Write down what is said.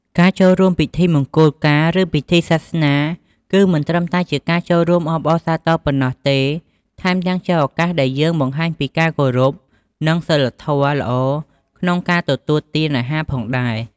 ការចូលរួមពិធីមង្គលការ ឬពិធីសាសនា គឺមិនត្រឹមតែជាការចូលរួមអបអរសាទរប៉ុណ្ណោះទេ ថែមទាំងជាឱកាសដែលយើងបង្ហាញពីការគោរព និងសីលធម៌ល្អក្នុងការទទួលទានអាហារផងដែរ។